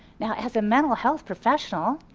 now as a mental health professional,